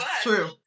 true